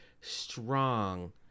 strong